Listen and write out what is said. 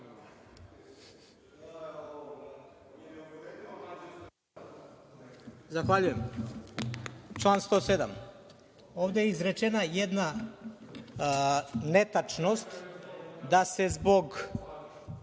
Zahvaljujem. Član 107, ovde je izrečena jedna netačnost da se zbog